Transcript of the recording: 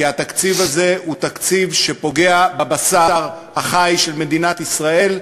כי התקציב הזה פוגע בבשר החי של מדינת ישראל,